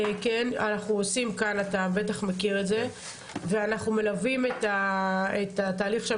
ואנחנו מלווים את התהליך,